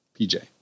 PJ